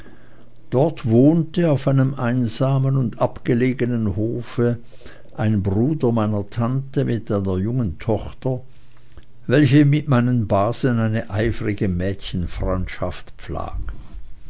dort wohnte auf einem einsamen und abgelegenen hofe ein bruder meiner tante mit einer jungen tochter welche mit meinen basen eine eifrige mädchenfreundschaft pflag